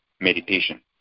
meditation